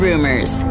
Rumors